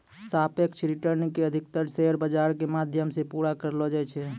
सापेक्ष रिटर्न के अधिकतर शेयर बाजार के माध्यम से पूरा करलो जाय छै